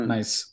Nice